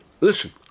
listen